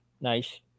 Nice